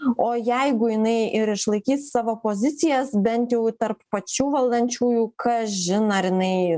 o jeigu jinai ir išlaikys savo pozicijas bent jau tarp pačių valdančiųjų kažin ar jinai